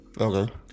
Okay